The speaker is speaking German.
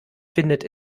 findet